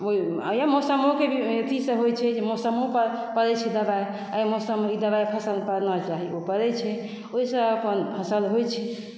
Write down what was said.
मौसमो के अथी सँ होइ छै जे मौसमो के पड़ै छै दबाइ एहि मौसम मे ई दबाइ फसलमे पड़ना चाही ओ पड़ै छै ओहिसँ अपन फसल होइ छै